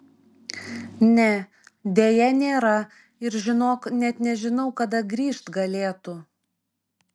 ne deja nėra ir žinok net nežinau kada grįžt galėtų